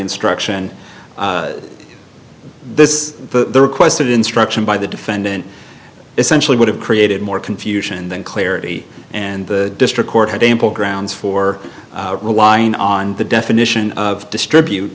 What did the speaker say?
instruction this requested instruction by the defendant essentially would have created more confusion than clarity and the district court had a import rounds for relying on the definition of distribute